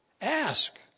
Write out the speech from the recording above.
Ask